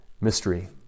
mystery